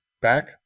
back